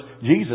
Jesus